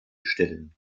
stellen